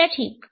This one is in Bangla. এটা ঠিক